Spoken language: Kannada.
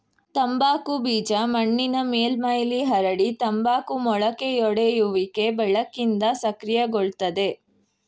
ತಂಬಾಕು ಬೀಜ ಮಣ್ಣಿನ ಮೇಲ್ಮೈಲಿ ಹರಡಿ ತಂಬಾಕು ಮೊಳಕೆಯೊಡೆಯುವಿಕೆ ಬೆಳಕಿಂದ ಸಕ್ರಿಯಗೊಳ್ತದೆ